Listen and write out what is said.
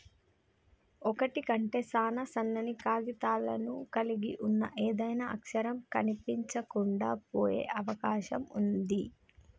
ఒకటి కంటే సాన సన్నని కాగితాలను కలిగి ఉన్న ఏదైనా అక్షరం కనిపించకుండా పోయే అవకాశం ఉంది